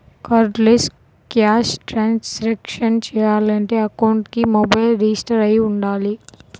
cardless cash transactions చెయ్యాలంటే అకౌంట్కి mobile register అయ్యి వుండాలి